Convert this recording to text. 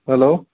hello